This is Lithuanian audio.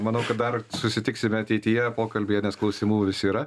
manau kad dar susitiksime ateityje pokalbyje nes klausimų vis yra